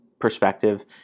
perspective